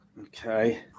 Okay